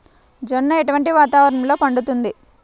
జొన్న ఎటువంటి వాతావరణంలో పండుతుంది?